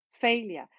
failure